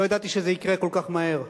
לא ידעתי שזה יקרה כל כך מהר.